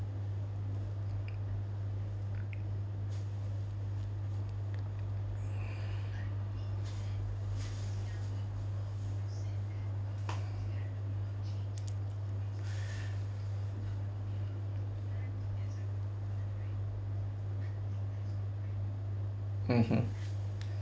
mmhmm